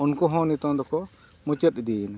ᱩᱱᱠᱩ ᱦᱚᱸ ᱱᱤᱛᱳᱜ ᱫᱚᱠᱚ ᱢᱩᱪᱟᱹᱫ ᱤᱫᱤᱭᱮᱱᱟ